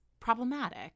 problematic